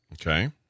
Okay